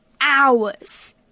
hours